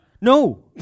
No